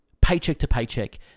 paycheck-to-paycheck